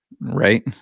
Right